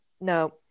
No